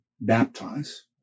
Baptize